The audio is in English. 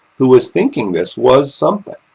who was thinking this, was something.